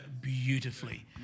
beautifully